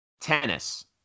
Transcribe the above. tennis